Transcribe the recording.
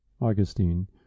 Augustine